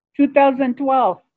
2012